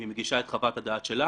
אם היא מגישה את חוות הדעת שלה,